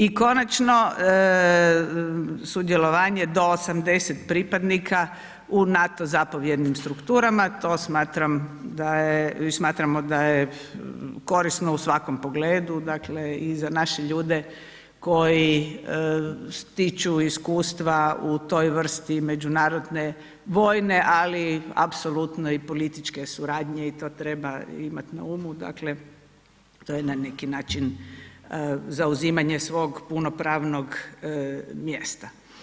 I konačno, sudjelovanje do 80 pripadnika u NATO zapovjednim strukturama, to smatram da je, mi smatramo da je korisno u svakom pogledu, dakle i za naše ljude koji stiču iskustva u toj vrsti međunarodne vojne, ali apsolutno i političke suradnje i to treba imat na umu, dakle to je na neki način zauzimanje svog punopravnog mjesta.